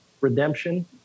redemption